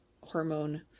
hormone